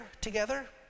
together